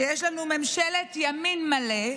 שיש לנו ממשלת ימין מלא.